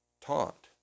taught